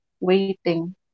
waiting